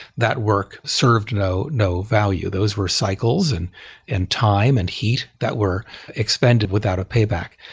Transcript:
that work served no no value. those were cycles, and and time, and heat that were expended without a payback.